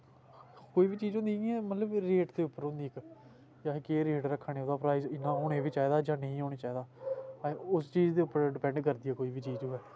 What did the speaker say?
कोई बी चीज होंदी इ'यां मतलब रेट दे उप्पर होंदा इक के अस केह् रेट रक्खा ने ओह्दा प्राईज इन्ना होना बी चाहिदा जां नेईं होना चाहिदा उस चीज दे उप्पर डपैंड करदी ऐ कोई बी चीज होऐ